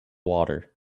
water